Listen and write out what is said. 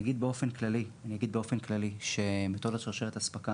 אני אגיד באופן כללי שמתודת שרשרת אספקה